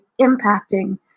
impacting